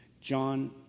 John